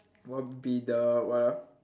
would be the what ah